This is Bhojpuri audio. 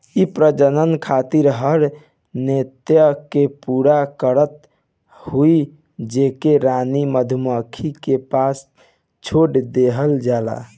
इ प्रजनन खातिर हर नृत्य के पूरा करत हई जेके रानी मधुमक्खी के पास छोड़ देहल जाला